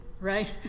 right